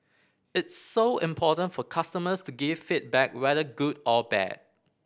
it's so important for customers to give feedback whether good or bad